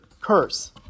curse